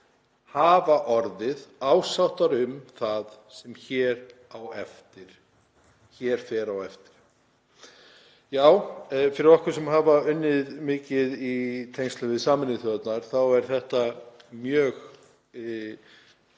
hafa orðið ásáttar um það sem hér fer á eftir …“ Já, fyrir okkur sem höfum unnið mikið í tengslum við Sameinuðu þjóðirnar þá er þetta mjög